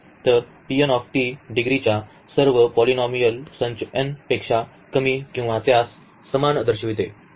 तर डिग्रीच्या सर्व पॉलिनॉमीयलचा संच n पेक्षा कमी किंवा त्यास समान दर्शविते